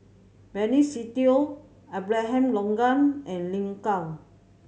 Benny Se Teo Abraham Logan and Lin Gao